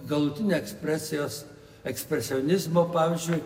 galutinę ekspresijos ekspresionizmo pavyzdžiui